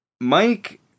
Mike